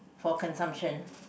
for consumption